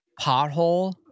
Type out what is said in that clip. pothole